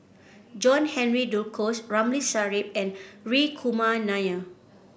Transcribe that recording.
John Henry Duclos Ramli Sarip and Hri Kumar Nair